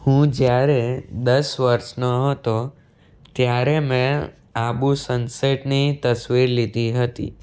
હું જ્યારે દસ વર્ષનો હતો ત્યારે મેં આબુ સનસેટની તસવીર લીધી હતી